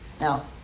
Now